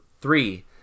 three